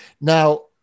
Now